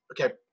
okay